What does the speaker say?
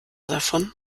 davon